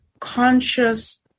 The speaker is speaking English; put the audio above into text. conscious